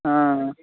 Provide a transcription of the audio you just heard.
हँ